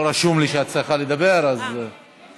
לא רשום לי שאת צריכה לדבר, אז, אה.